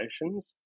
emotions